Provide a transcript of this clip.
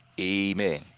Amen